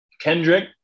kendrick